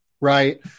right